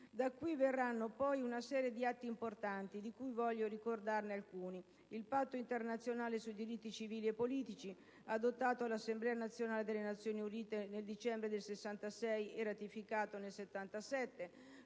Da qui verranno poi una serie di atti importanti, tra cui voglio ricordarne alcuni: il Patto internazionale sui diritti civili e politici, adottato dall'Assemblea generale delle Nazioni Unite nel dicembre del 1966 e ratificato nel 1977;